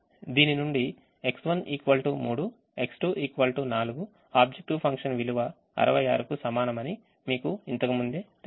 దీని నుండి X1 3 X2 4 objective function విలువ 66 కు సమానమని మీకు ఇంతకుముందే తెలుసు